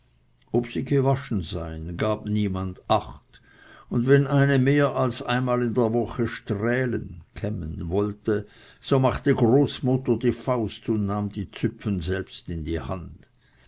ob sie gewaschen seien gab niemand acht und wenn eine mehr als einmal in der woche strählen wollte so machte großmutter die faust und nahm die züpfen selbst in die hand